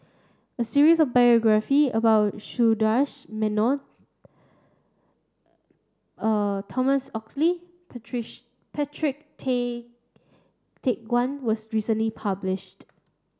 a series of biography about Sundaresh Menon Thomas Oxley Patrick Tay Teck Guan was recently published